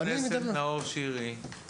חבר הכנסת נאור שירי, דיי,